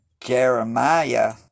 Jeremiah